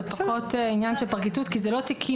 זה פחות עניין של פרקליטות כי אלה לא תיקים